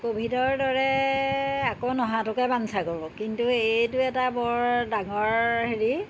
ক'ভিডৰ দৰে আকৌ নোহাটোকে বাঞ্ছা কৰোঁ কিন্তু এইটো এটা বৰ ডাঙৰ হেৰি